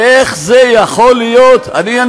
איך זה יכול להיות, למה לא הסכמת?